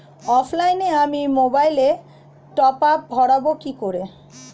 অফলাইনে আমি মোবাইলে টপআপ ভরাবো কি করে?